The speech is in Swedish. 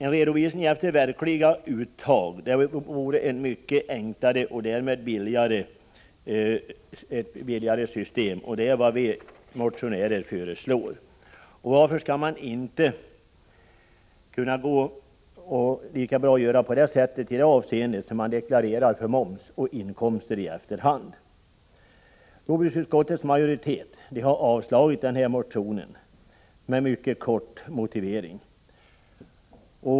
En redovisning efter verkliga uttag vore ett mycket enklare och därmed billigare system, och det är vad vi motionärer föreslår. Varför skall man inte lika väl kunna göra så när man deklarerar moms och inkomster i efterhand? Jordbruksutskottets majoritet har avstyrkt denna motion med mycket kort motivering.